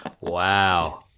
Wow